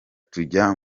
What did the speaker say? tujya